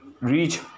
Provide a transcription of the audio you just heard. reach